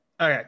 okay